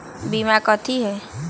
बीमा कथी है?